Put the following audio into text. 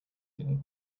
you